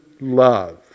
love